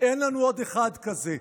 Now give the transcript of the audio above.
אין לנו עוד אחד כזה.